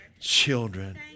children